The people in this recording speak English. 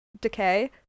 Decay